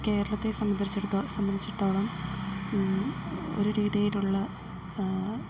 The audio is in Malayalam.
കേരളത്തെ സംബന്ധിച്ചിരത്തോ സംബന്ധിച്ചിടത്തോളം ഒരു രീതിയിലുള്ള